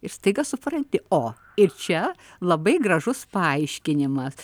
ir staiga supranti o ir čia labai gražus paaiškinimas